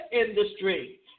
industry